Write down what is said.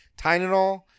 Tylenol